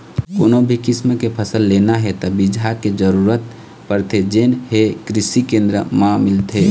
कोनो भी किसम के फसल लेना हे त बिजहा के जरूरत परथे जेन हे कृषि केंद्र म मिलथे